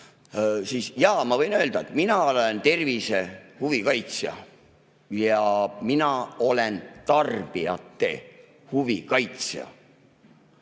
siis jaa, ma võin öelda, et mina olen tervise huvide kaitsja ja mina olen tarbijate huvide kaitsja.